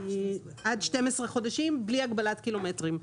עד 12 חודשים בלי הגבלת קילומטרים.